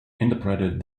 interpreted